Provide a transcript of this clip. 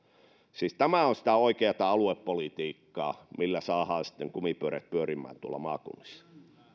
siis tämä on sitä oikeata aluepolitiikkaa millä saadaan sitten kumipyörät pyörimään tuolla maakunnissa arvoisa